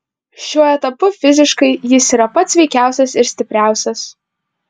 šiuo etapu fiziškai jis yra pats sveikiausias ir stipriausias